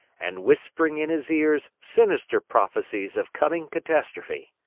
and whispering in his ears sinister prophecies of coming catastrophe.